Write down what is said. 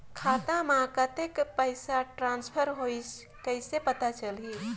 खाता म कतेक पइसा ट्रांसफर होईस कइसे पता चलही?